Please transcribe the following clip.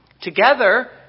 together